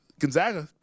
Gonzaga